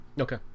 Okay